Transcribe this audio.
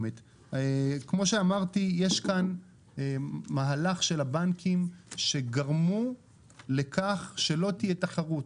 כמוש אמרתי יש כאן מהלך של הבנקים שגרמו לכך שלא תהיה תחרות,